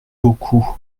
beaucoup